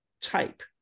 type